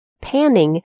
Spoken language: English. Panning